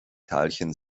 teilchen